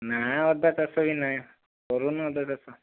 ନା ଅଦା ଚାଷ ବି ନାଇଁ କରୁନୁ ଅଦା ଚାଷ